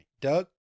Doug